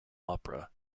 opera